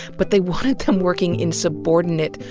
but they wanted them working in subordinate,